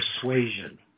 persuasion